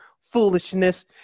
foolishness